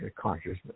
consciousness